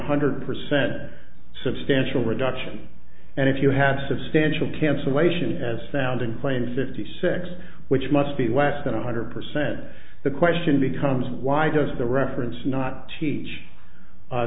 hundred percent substantial reduction and if you have substantial cancellation as founding claim fifty six which must be less than one hundred percent the question becomes why does the reference not teach